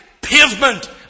Pavement